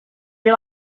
you